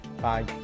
Bye